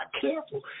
careful